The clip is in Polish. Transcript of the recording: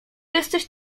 jesteś